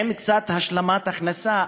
עם קצת השלמת הכנסה,